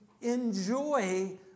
enjoy